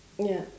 ya